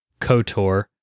KOTOR